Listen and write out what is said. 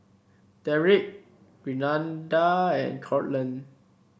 Deric Renada and Courtland